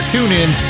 TuneIn